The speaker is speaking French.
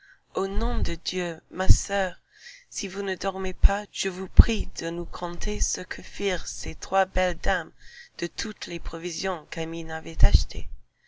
au nom de dieu ma soeur si vous ne dormez pas je vous prie de nous conter ce que firent ces trois belles dames de toutes les provisions qu'amine avait achetées